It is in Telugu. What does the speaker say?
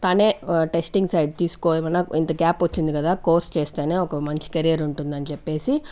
తనే టెస్టింగ్ సైడ్ తీసుకో ఏమైనా ఇంత గ్యాప్ వచ్చింది కదా కోర్స్ చేస్తేనే ఒక మంచి కెరీర్ ఉంటుందని చెప్పేసి